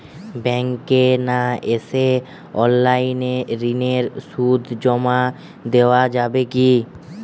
ব্যাংকে না এসে অনলাইনে ঋণের সুদ জমা দেওয়া যাবে কি?